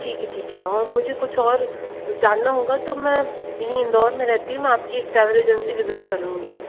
ठीक है ठीक है और मुझे कुछ और जानना होगा तो मैं यहीं इंदौर में रहती हूँ आपकी ट्रैवल एजेंसी विज़िट करूँगी